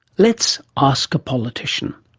let's ask a politician.